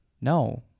no